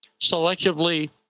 selectively